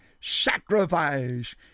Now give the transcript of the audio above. sacrifice